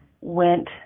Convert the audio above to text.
went